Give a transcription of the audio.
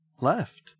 left